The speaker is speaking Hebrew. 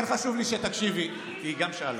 חשוב לי שתקשיבי, כי היא גם שאלה.